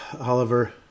Oliver